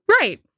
Right